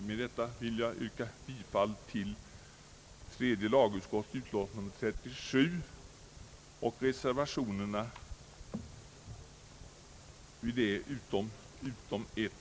Med detta vill jag yrka bifall till samtliga reservationer vid tredje lagutskottets utlåtande nr 37, utom reservation I, samt i övrigt till utlåtandet.